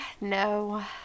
no